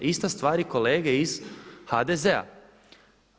Ista stvar i kolege iz HDZ-a.